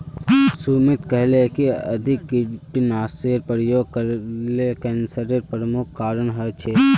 सुमित कहले कि अधिक कीटनाशेर प्रयोग करले कैंसरेर प्रमुख कारण हछेक